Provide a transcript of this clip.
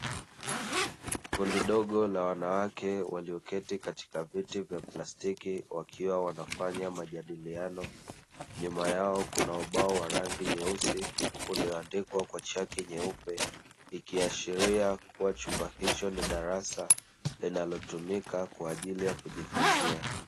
Kundi dogo la wanawake walioketi katika viti vya plastiki wakiwa wanafanya majadiliano. Nyuma yao kuna ubao wa rangi nyeusi ulioandikwa kwa chaki nyeupe ikiashiria kuwa chumba hicho ni darasa linalotumika kwa ajili ya kujifunzia.